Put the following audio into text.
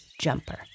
jumper